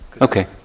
okay